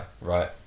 right